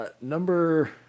Number